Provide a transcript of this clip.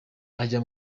ajya